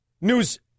news